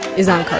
is on